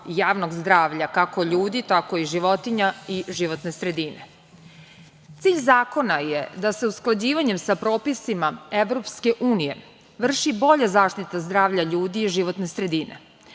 javnog zdravlja, kako ljudi, tako i životinja i životne sredine. Cilj zakona je da se usklađivanje sa propisima EU vrši bolja zaštita zdravlja ljudi i životne sredine.